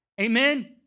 Amen